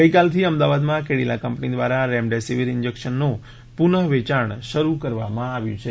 ગઈકાલથી અમદાવાદમાં Cadila company દ્વારા રેમડેસિવિર ઇંજેકશનનું પુનવેયાણ શરૂ કરવામાં આવ્યું છે